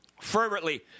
fervently